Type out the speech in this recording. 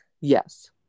Yes